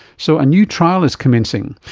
so a new trial is commencing.